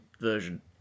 version